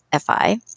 fi